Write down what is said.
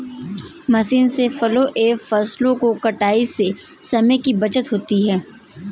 machine से फलों एवं फसलों को छाँटने से समय की बचत होती है